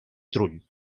trull